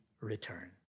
return